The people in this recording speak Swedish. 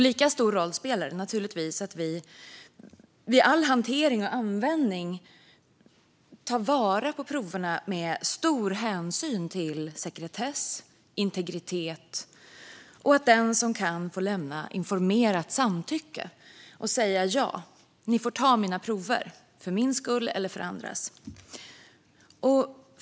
Lika stor roll spelar det naturligtvis att vi vid all hantering och användning tar vara på proverna med stor hänsyn till sekretess och integritet och att den som kan får lämna informerat samtycke och säga: Ja, ni får ta mina prover, för min skull eller för andras skull. Herr talman!